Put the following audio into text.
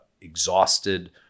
exhausted